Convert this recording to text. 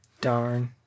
Darn